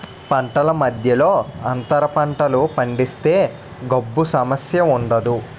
పంటల మధ్యలో అంతర పంటలు పండిస్తే గాబు సమస్య ఉండదు